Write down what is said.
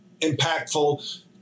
impactful